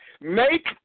Make